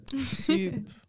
Soup